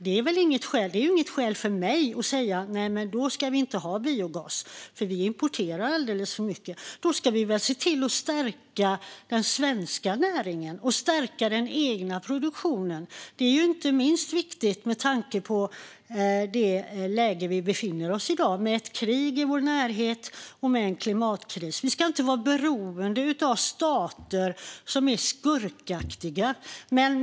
Det är inget skäl för mig att säga: Då ska vi inte ha biogas, för vi importerar alldeles för mycket. Vi ska väl se till att stärka den svenska näringen och den egna produktionen. Det är inte minst viktigt med tanke på det läge vi i dag befinner oss i med ett krig i vår närhet och en klimatkris. Vi ska inte vara beroende av stater som är skurkaktiga.